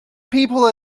people